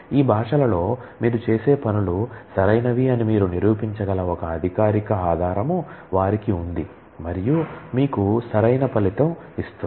ఈ భాషలలో మీరు చేసే పనులు సరైనవని అని మీరు నిరూపించగల ఒక అధికారిక ఆధారం వారికి ఉంది మరియు మీకు సరైన ఫలితం ఇస్తుంది